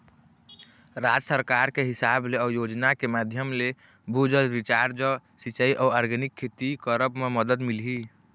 राज सरकार के हिसाब ले अउ योजना के माधियम ले, भू जल रिचार्ज, सिंचाई अउ आर्गेनिक खेती करब म मदद मिलही